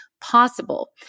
possible